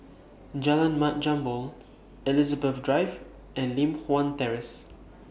Jalan Mat Jambol Elizabeth Drive and Li Hwan Terrace